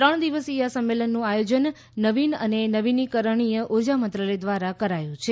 ત્રણ દિવસીય આ સંમેલનનું આયોજન નવીન અને નવીનીકરણીય ઉર્જા મંત્રાલય ધ્વારા કરાયું છે